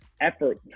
effort